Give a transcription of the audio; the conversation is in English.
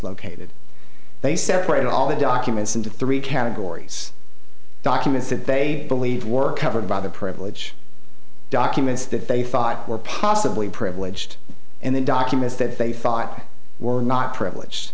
located they separate all the documents into three categories documents that they believed were covered by the privilege documents that they thought were possibly privileged and then documents that they thought were not privileged